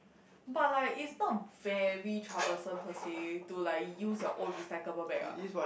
but like it's not very troublesome per say to like use your own recyclable bag what